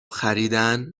خریدن